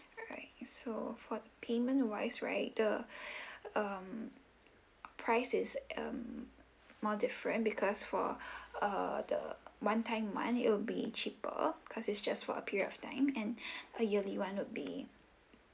alright so for payment wise right the um price is um more different because for uh the one time one it'll be cheaper because it's just for a period of time and a yearly one would be